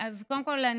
קודם כול,